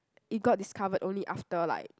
they got discovered only after like